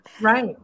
Right